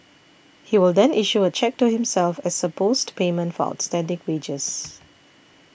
he will then issue a cheque to himself as supposed payment for outstanding wages